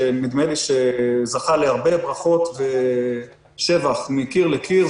שנדמה לי שזכה להרבה ברכות ושבח מקיר אל קיר,